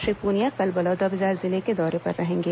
श्री पुनिया कल बलौदाबाजार जिले के दौरे पर रहेंगे